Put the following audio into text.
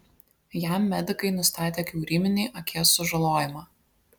jam medikai nustatė kiauryminį akies sužalojimą